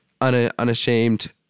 unashamed